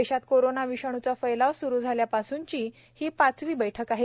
देशात कोरोना विषाणूचा फैलाव सुरू झाल्यापासूनची ही पाचवी बैठक आहे